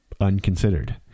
unconsidered